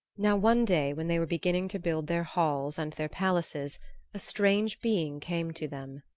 now one day when they were beginning to build their halls and their palaces a strange being came to them.